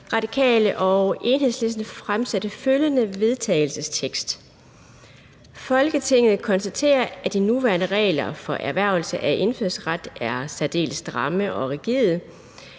Radikale og Enhedslisten fremsætte følgende: Forslag til vedtagelse »Folketinget konstaterer, at de nuværende regler for erhvervelse af indfødsret er særdeles stramme og rigide.